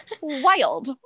wild